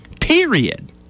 Period